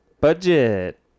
Budget